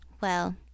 Well